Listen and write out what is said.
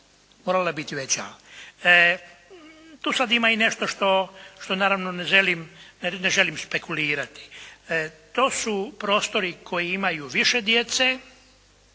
morala biti veća. Tu sad ima i nešto što, naravno, ne želim špekulirati. To su prostori koji imaju više djece,